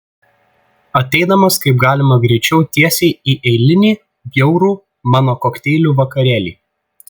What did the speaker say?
ateidamas kaip galima greičiau tiesiai į eilinį bjaurų mano kokteilių vakarėlį